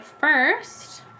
first